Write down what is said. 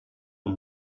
uhr